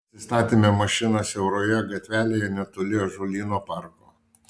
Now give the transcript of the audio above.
pasistatėme mašiną siauroje gatvelėje netoli ąžuolyno parko